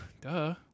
Duh